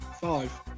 Five